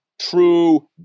true